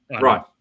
Right